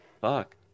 Fuck